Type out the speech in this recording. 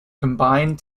combine